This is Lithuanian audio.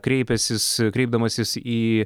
kreipęsis kreipdamasis į